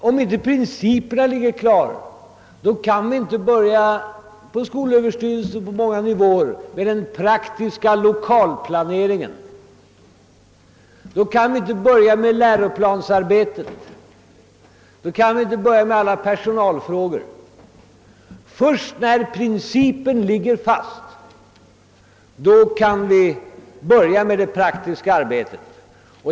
Om inte principerna är klara kan skolöverstyrelsen på många nivåer inte sätta i gång med den praktiska 1okalplaneringen och läroplansarbetet och inte ta itu med alla personalfrågor. Först när principerna ligger fast kan vi börja med det praktiska arbetet.